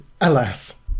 Alas